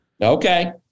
Okay